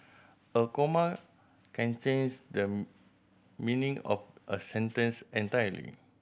a comma can change the meaning of a sentence entirely